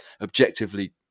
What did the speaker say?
objectively